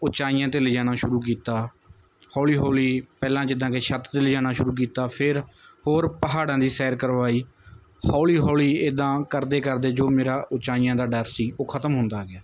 ਉੱਚਾਈਆਂ 'ਤੇ ਲਿਜਾਣਾ ਸ਼ੁਰੂ ਕੀਤਾ ਹੌਲੀ ਹੌਲੀ ਪਹਿਲਾਂ ਜਿੱਦਾਂ ਕਿ ਛੱਤ ਤੇ ਲਿਜਾਣਾ ਸ਼ੁਰੂ ਕੀਤਾ ਫੇਰ ਹੋਰ ਪਹਾੜਾਂ ਦੀ ਸੈਰ ਕਰਵਾਈ ਹੌਲੀ ਹੌਲੀ ਇੱਦਾਂ ਕਰਦੇ ਕਰਦੇ ਜੋ ਮੇਰਾ ਉੱਚਾਈਆਂ ਦਾ ਡਰ ਸੀ ਉਹ ਖਤਮ ਹੁੰਦਾ ਗਿਆ